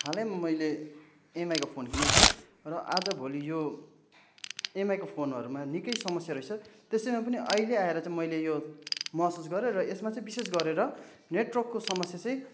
हालैमा मैले एमआइको फोन किनेको थिएँ र आजभोलि यो एमआइको फोनहरूमा निकै समस्या रहेछ त्यसैमा पनि अहिले आएर मैले यो महसुस गरेँ र यसमा चाहिँ विशेष गरेर नेटवर्कको समस्या चाहिँ